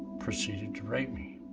proceeded to rape me.